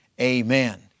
Amen